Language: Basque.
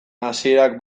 hasierak